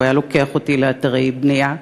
והוא היה לוקח אותי לאתרי בנייה,